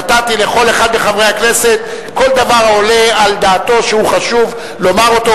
נתתי לכל אחד מחברי הכנסת כל דבר העולה על דעתו שהוא חשוב לומר אותו.